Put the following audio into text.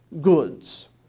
goods